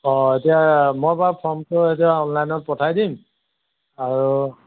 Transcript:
অঁ এতিয়া মই বাৰু ফৰ্মটো এতিয়া অনলাইনত পঠাই দিম আৰু